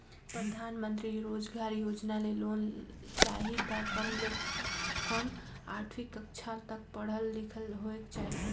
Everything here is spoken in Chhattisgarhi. परधानमंतरी रोजगार योजना ले लोन चाही त कम ले कम आठवीं कक्छा तक पढ़ल लिखल होएक चाही